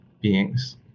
beings